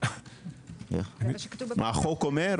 החוק אומר?